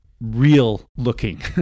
real-looking